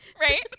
Right